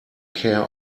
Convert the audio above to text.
care